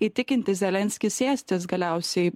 įtikinti zelenskį sėstis galiausiai